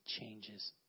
changes